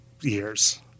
years